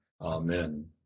Amen